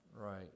right